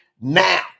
now